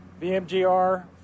VMGR